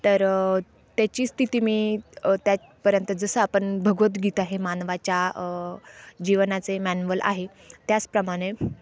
तर त्याची स्थिती मी त्यातपर्यंत जसं आपण भगवद्गीता हे मानवाच्या जीवनाचे मॅनुवल आहे त्याचप्रमाणे